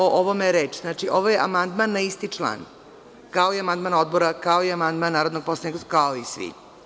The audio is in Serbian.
O ovome je reč, znači, ovo je amandman na isti član kao i amandman Odbora, kao i amandman narodnog poslanika, kao i svi.